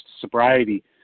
sobriety